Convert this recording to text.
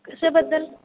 कशाबद्दल